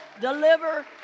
deliver